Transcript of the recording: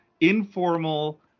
informal